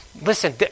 Listen